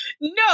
No